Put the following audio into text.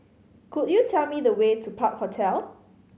could you tell me the way to Park Hotel